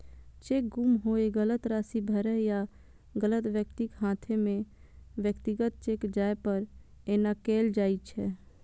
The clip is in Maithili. चेक गुम होय, गलत राशि भरै या गलत व्यक्तिक हाथे मे व्यक्तिगत चेक जाय पर एना कैल जाइ छै